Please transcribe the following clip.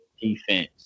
defense